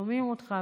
שומעים אותך,